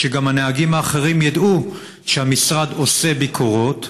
כדי שגם הנהגים האחרים ידעו שהמשרד עושה ביקורות,